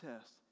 test